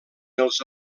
els